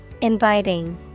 Inviting